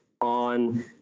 on